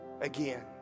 again